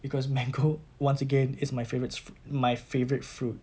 because mango once again is my favourite fr~ my favourite fruit